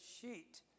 sheet